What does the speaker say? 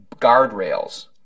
guardrails